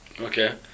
Okay